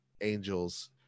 Angels